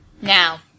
Now